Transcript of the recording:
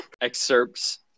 excerpts